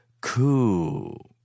cool